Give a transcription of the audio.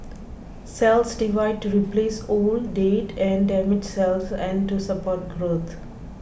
cells divide to replace old dead or damaged cells and to support growth